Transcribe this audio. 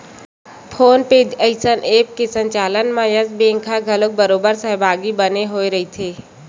phone पे जइसन app के संचालन म यस बेंक ह घलोक बरोबर सहभागी बने होय रहिथे